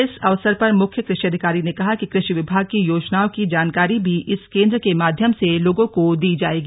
इस अवसर पर मुख्य कृषि अधिकारी ने कहा कि कृषि विभाग की योजनाओं की जानकारी भी इस केन्द्र के माध्यम से लोगों को दी जाएगी